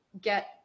get